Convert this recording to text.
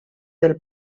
del